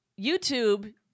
YouTube